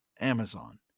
Amazon